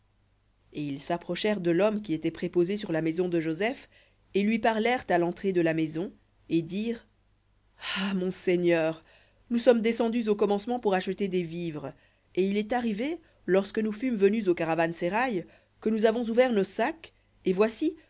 et ils s'approchèrent de l'homme qui était sur la maison de joseph et lui parlèrent à l'entrée de la maison et dirent ah mon seigneur nous sommes descendus au commencement pour acheter des vivres et il est arrivé lorsque nous fûmes venus au caravansérail que nous avons ouvert nos sacs et voici